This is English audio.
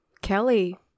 Kelly